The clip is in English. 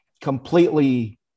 completely